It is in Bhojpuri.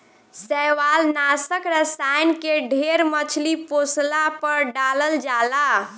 शैवालनाशक रसायन के ढेर मछली पोसला पर डालल जाला